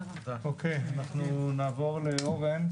נעבור לאורן,